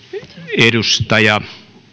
edustaja